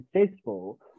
successful